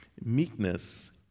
meekness